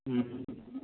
ہوں ہوں